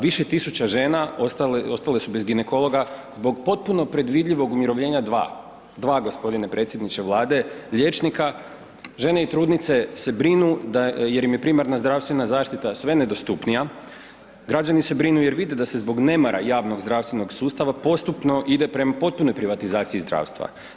Više tisuća žena ostale su bez ginekologa zbog potpuno predvidljivog umirovljenja dva, dva g. predsjedniče Vlade, liječnika, žene i trudnice se brinu jer im je primarna zdravstvena zaštita sve nedostupnija, građani se brinu jer vide da se zbog nemara javnog zdravstvenog sustava postupno ide prema potpunoj privatizaciji zdravstva.